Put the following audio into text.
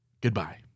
Goodbye